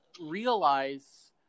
realize